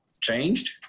changed